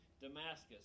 Damascus